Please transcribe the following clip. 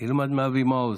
ילמד מאבי מעוז.